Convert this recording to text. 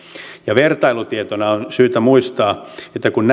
vertailutietona on syytä muistaa että kun